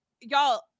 y'all